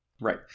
Right